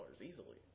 easily